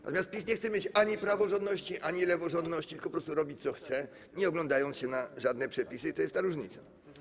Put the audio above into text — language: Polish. Natomiast PiS nie chce mieć ani praworządności, ani leworządności, tylko po prostu robić, co chce, nie oglądając się na żadne przepisy, i to jest ta różnica.